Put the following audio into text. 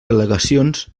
al·legacions